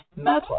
metal